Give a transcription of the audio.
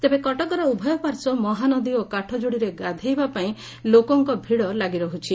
ତେବେ କଟକର ଉଭୟ ପାର୍ଶ୍ୱ ମହାନଦୀ ଓ କାଠଯୋଡ଼ିରେ ଗାଧୋଇବା ପାଇଁ ଲୋକଙ୍ଙ ଭିଡ଼ ଲାଗିରହୁଛି